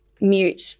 mute